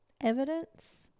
evidence